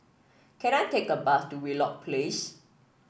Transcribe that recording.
can I take a bus to Wheelock Place